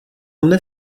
mne